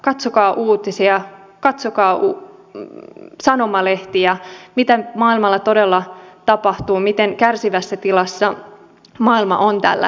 katsokaa uutisia katsokaa sanomalehtiä katsokaa mitä maailmalla todella tapahtuu miten kärsivässä tilassa maailma on tällä hetkellä